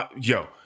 Yo